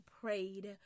prayed